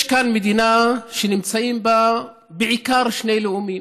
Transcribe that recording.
יש כאן מדינה שנמצאים בה בעיקר שני לאומים,